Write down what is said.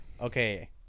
Okay